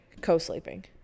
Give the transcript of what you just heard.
co-sleeping